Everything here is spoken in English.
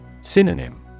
Synonym